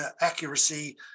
accuracy